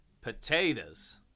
potatoes